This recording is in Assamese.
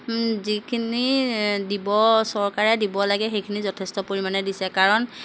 যিখিনি দিব চৰকাৰে দিব লাগে সেইখিনি যথেষ্ট পৰিমাণে দিছে কাৰণ